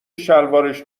شلوارش